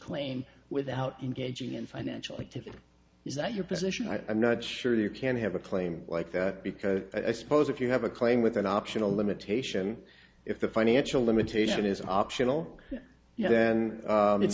claim without engaging in financial activity is that your position i'm not sure you can have a claim like that because i suppose if you have a claim with an optional limitation if the financial limitation is optional yeah then it's